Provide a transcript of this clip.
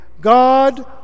God